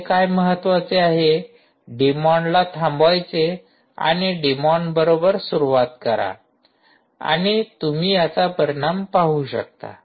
इथे काय महत्त्वाचे आहे डिमॉनला थांबवायचे आणि डिमॉन बरोबर सुरुवात करा आणि तुम्ही याचा परिणाम पाहू शकता